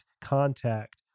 contact